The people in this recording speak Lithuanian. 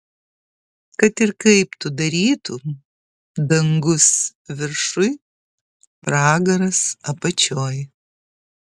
kad ir kaip tu darytum dangus viršuj pragaras apačioj